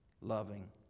loving